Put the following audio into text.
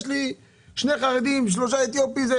יש לי שני חרדים ושלושה אתיופים",